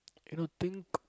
you know think